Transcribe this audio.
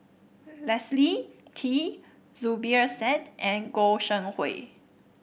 Leslie Kee Zubir Said and Goi Seng Hui